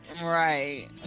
Right